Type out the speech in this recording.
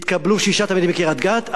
התקבלו שישה תלמידים מקריית-גת,